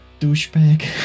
douchebag